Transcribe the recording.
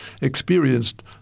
experienced